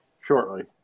shortly